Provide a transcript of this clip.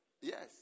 Yes